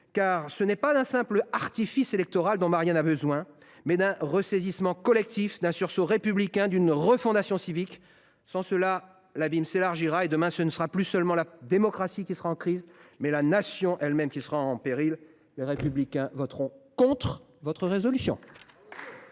Car c’est non pas d’un simple artifice électoral que Marianne a besoin, mais d’un ressaisissement collectif, d’un sursaut républicain et d’une refondation civique. Sans cela, l’abîme s’élargira, et demain, ce ne sera plus seulement la démocratie qui sera en crise : la Nation elle même sera en péril. Les membres du groupe Les Républicains voteront contre cette proposition